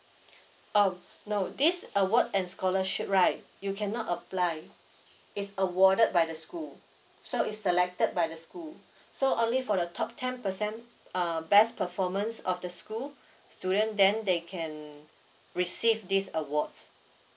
oh no this award and scholarship right you cannot apply is awarded by the school so is selected by the school so only for the top ten percent uh best performance of the school student then they can receive these awards